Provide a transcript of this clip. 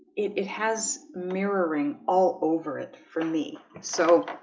it it has mirroring all over it for me, so